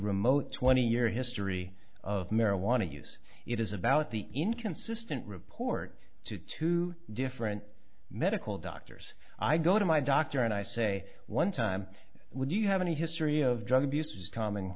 remote twenty year history of marijuana use it is about the inconsistent report to two different medical doctors i go to my doctor and i say one time when you have any history of drug abuse is common